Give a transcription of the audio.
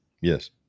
yes